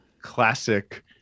classic